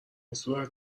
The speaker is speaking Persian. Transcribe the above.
صورت